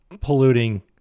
polluting